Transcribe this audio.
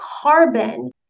Carbon